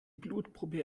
blutprobe